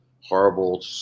horrible